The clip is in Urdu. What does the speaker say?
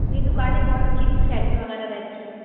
میری دُکان میں بہت اچھی اچھی سینڈل وغیرہ رہتی ہے